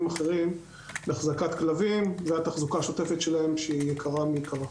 אחרים להחזקת כלבים והתחזוקה השוטפת שלהם שהיא יקרה מיקרה.